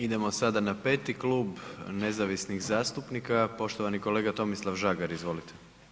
Idemo sada na peti Klub nezavisnih zastupnika, poštovani kolega Tomislav Žagar, izvolite.